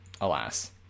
alas